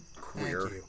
queer